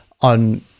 on